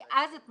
אז את מדברת.